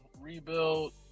rebuild